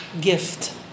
gift